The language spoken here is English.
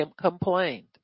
complained